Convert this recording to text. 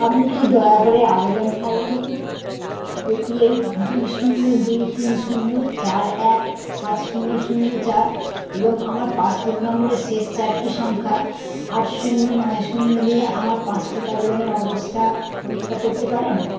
আপনি কি দয়া করে আবেদন আইডি এপিএল দুই শূন্য দুই তিন শূন্য চার এক সাত শূন্য শূন্য চার এবং আমার পাসপোর্ট নম্বরের শেষ চারটি সংখ্যা আট শূন্য নয় শূন্য দিয়ে আমার পাসপোর্ট আবেদনের অবস্থা পরীক্ষা করতে পারেন